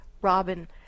Robin